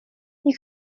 you